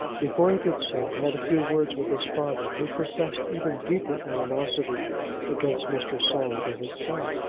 before he did so, he had a few words with his father, who professed even deeper animosity against mr. saul than his son.